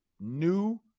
New